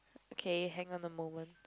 okay hang on a moment